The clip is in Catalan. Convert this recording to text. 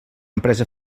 empresa